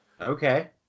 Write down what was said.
Okay